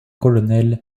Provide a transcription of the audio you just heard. colonels